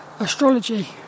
Astrology